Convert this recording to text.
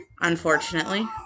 unfortunately